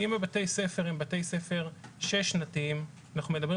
אם בתי הספר הם בתי ספר שש שנתיים אנחנו מדברים